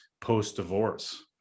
post-divorce